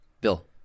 Bill